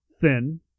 thin